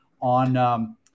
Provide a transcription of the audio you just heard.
on